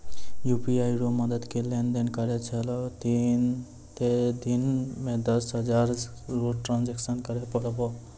UPI रो मदद से लेनदेन करै छहो तें दिन मे दस हजार रो ट्रांजेक्शन करै पारभौ